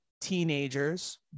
teenagers